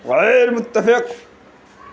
غیر متفق